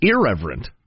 irreverent